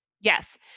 Yes